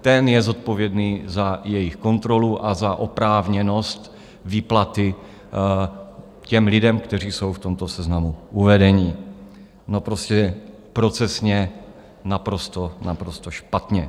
Ten je zodpovědný za jejich kontrolu a za oprávněnost výplaty lidem, kteří jsou v tomto seznamu uvedeni prostě procesně naprosto, naprosto špatně.